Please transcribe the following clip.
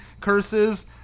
curses